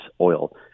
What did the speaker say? oil